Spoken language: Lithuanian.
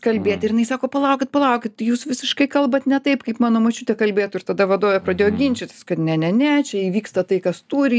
kalbėti ir jinai sako palaukit palaukit jūs visiškai kalbat ne taip kaip mano močiutė kalbėtų ir tada vadovė pradėjo ginčytis kad ne ne ne čia įvyksta tai kas turi